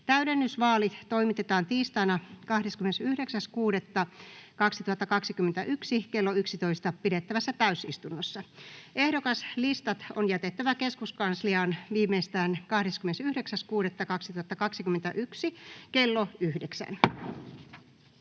Täydennysvaalit toimitetaan tiistaina 29.6.2021 kello 11 pidettävässä täysistunnossa. Ehdokaslistat on jätettävä keskuskansliaan viimeistään 29.6.2021 kello 9.